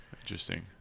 Interesting